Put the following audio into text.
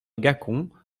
gacon